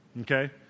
Okay